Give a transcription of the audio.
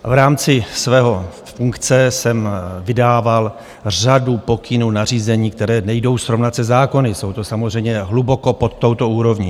V rámci své funkce jsem vydával řadu pokynů, nařízení, které nejdou srovnat se zákony, jsou to samozřejmě hluboko pod touto úrovní.